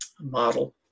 model